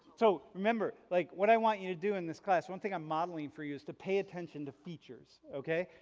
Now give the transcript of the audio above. so remember like what i want you to do in this class, one thing i'm modeling for you is to pay attention to features, okay?